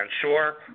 sure